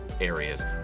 areas